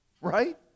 Right